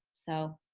so,